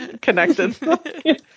connected